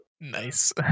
Nice